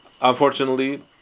Unfortunately